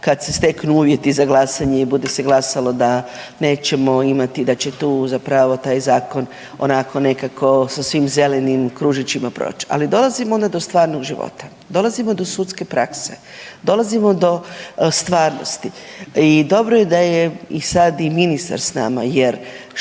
kad se steknu uvjeti za glasanje i bude se glasalo da nećemo imati, da će tu zapravo taj zakon onako nekako sa svim zelenim kružićima proć. Ali dolazimo onda do stvarnog života, dolazimo do sudske prakse, dolazimo do stvarnosti i dobro je da je i sad i ministar s nama jer što